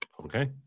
okay